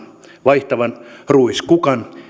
vaihtavan ruiskukan